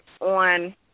on